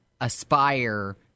aspire